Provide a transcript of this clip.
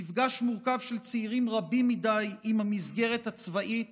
מפגש מורכב של צעירים רבים מדי עם המסגרת הצבאית